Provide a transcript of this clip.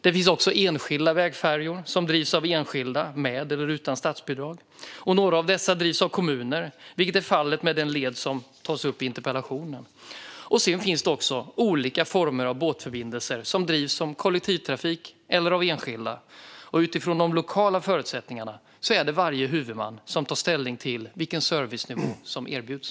Det finns också enskilda vägfärjor, som drivs av enskilda, med eller utan statsbidrag. Några av dessa drivs av kommuner, vilket är fallet med den led som tas upp i interpellationen. Sedan finns det också olika former av båtförbindelser som drivs som kollektivtrafik eller av enskilda. Utifrån de lokala förutsättningarna är det varje huvudman som tar ställning till vilken servicenivå som erbjuds.